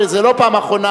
וזו לא פעם אחרונה,